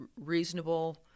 reasonable